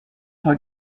pas